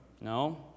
No